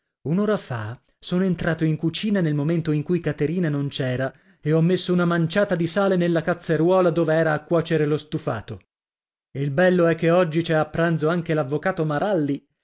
un'ora fa sono entrato in cucina nel momento in cui caterina non c'era e ho messo una manciata di sale nella cazzeruola dove era a cuocere lo stufato il bello è che oggi c'è a pranzo anche